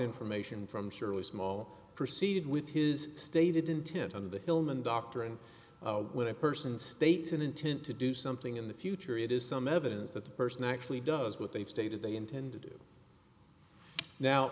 information from surely small proceeded with his stated intent on the film and doctor and when a person states an intent to do something in the future it is some evidence that the person actually does what they've stated they intend to do now